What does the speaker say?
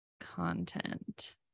content